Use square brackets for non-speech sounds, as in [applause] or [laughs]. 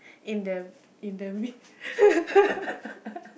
in the in the m~ [laughs]